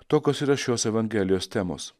tokios yra šios evangelijos temos